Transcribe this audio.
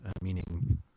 meaning